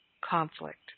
conflict